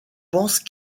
pense